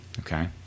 Okay